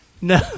No